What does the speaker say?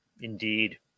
Indeed